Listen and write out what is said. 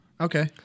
Okay